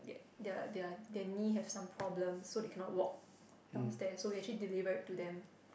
their their their knee have some problem so they cannot talk downstair so we actually deliver it to them